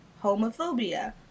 homophobia